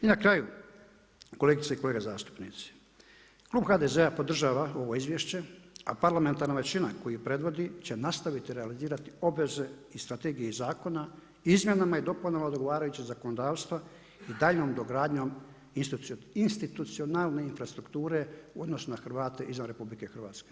I na kraju kolegice i kolega zastupnici, Klub HDZ-a podržava ovo izvješće, a parlamentarna većina koju predvodi će nastaviti realizirati obveze i strategije zakona izmjenama i dopunama odgovarajućeg zakonodavstva i daljnjom dogradnjom institucionalne infrastrukture u odnesu na Hrvate izvan RH.